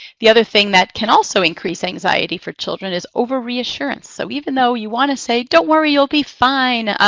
the other thing that can also increase anxiety for children is over reassurance. so even though you want to say, don't worry, you'll be fine.